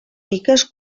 piques